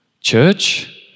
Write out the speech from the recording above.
church